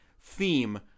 theme